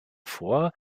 vor